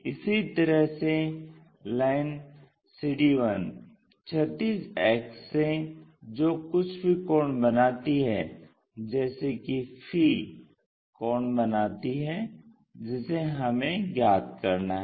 इसी तरह से लाइन cd1 क्षैतिज अक्ष से जो कुछ भी कोण बनाती है जैसे कि फी 𝝓 कोण बनाती है जिसे हमें ज्ञात करना है